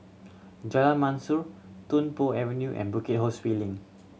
Jalan Mashor Tung Po Avenue and Bukit Ho Swee Link